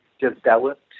developed